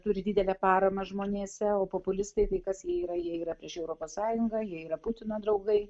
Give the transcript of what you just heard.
turi didelę paramą žmonėse o populistai tai kas jie yra jie yra prieš europos sąjungą jie yra putino draugai